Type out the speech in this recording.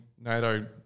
NATO